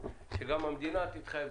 שגם המדינה תתחייב.